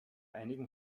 einigen